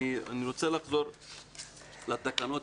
אני רוצה לחזור לתקנות.